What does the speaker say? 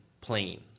plane